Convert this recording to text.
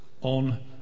on